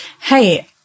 hey